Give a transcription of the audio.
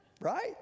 Right